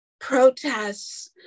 protests